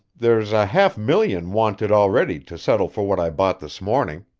there's a half-million wanted already to settle for what i bought this morning.